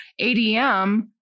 ADM